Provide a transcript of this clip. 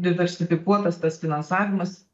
diversifikuotas tas finansavimas